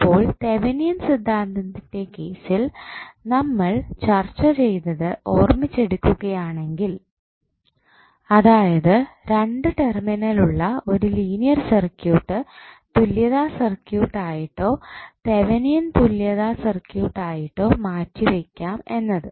അപ്പോൾ തെവനിയൻ സിദ്ധാന്തത്തിൻ്റെ കേസിൽ നമ്മൾ ചർച്ച ചെയ്തത് ഓർമ്മിച്ചെടുക്കുകയാണെങ്കിൽ അതായത് രണ്ടു ടെർമിനൽ ഉള്ള ഒരു ലീനിയർ സർക്യൂട്ട് തുല്യത സർക്യൂട്ട് ആയിട്ടോ തെവനിയൻ തുല്യത സർക്യൂട്ട് ആയിട്ടോ മാറ്റി വെയ്ക്കാം എന്നത്